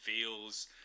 feels